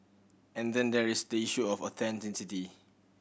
and then there is the issue of authenticity